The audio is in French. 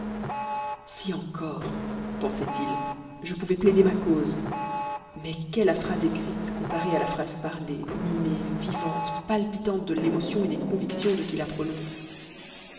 si encore pensait-il je pouvais plaider ma cause mais qu'est la phrase écrite comparée à la phrase parlée mimée vivante palpitante de l'émotion et des convictions de qui la prononce